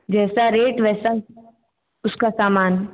जैसा रेट वैसा उसका सामान